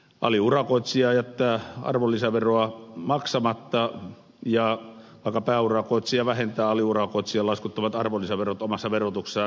aliurakoitsija jättää arvonlisäveroa maksamatta vaikka pääurakoitsija vähentää alaurakoitsijan laskuttamat arvonlisäverot omassa verotuksessaan